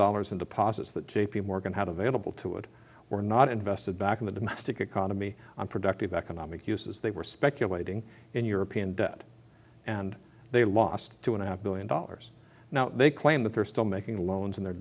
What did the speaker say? dollars in deposits that j p morgan had available to it were not invested back in the domestic economy on productive economic uses they were speculating in european debt and they lost two and a half billion dollars now they claim that they're still making loans